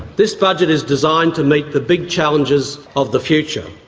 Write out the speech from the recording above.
this budget is designed to meet the big challenges of the future.